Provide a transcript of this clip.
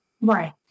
right